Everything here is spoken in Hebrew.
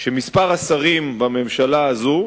שמספר השרים בממשלה הזאת,